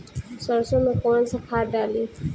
सरसो में कवन सा खाद डाली?